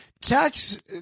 Tax